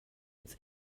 its